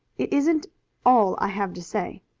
it isn't all i have to say.